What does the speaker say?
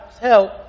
help